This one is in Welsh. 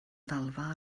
ddalfa